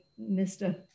Mr